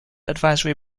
advisory